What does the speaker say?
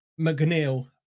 McNeil